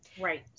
Right